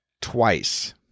twice. ¶¶